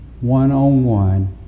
one-on-one